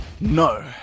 No